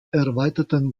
erweiterten